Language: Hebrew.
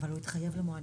אבל הוא התחייב למועדים.